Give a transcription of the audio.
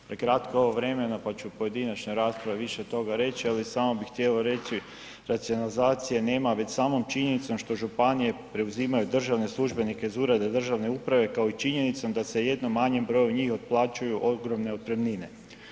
Prekratko je ovo vremena pa ću u pojedinačnoj raspravi više toga reći ali samo bi htio reći, racionalizacije nema već samom činjenicom što županije preuzimaju državne službenike iz ureda državne uprave kao i činjenicom da se jednom manjem broju njih otplaćuju ogromne otpremnine.